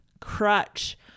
crutch